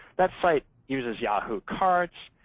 that site uses yahoo! carts.